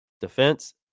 Defense